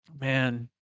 Man